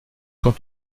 quand